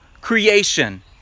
creation